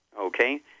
okay